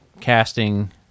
casting